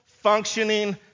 functioning